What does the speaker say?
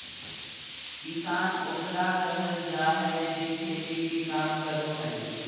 किसान ओकरा कहल जाय हइ जे खेती के काम करो हइ